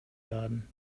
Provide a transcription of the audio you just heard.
laden